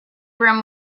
room